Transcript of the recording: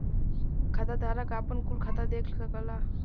खाताधारक आपन कुल खाता देख सकला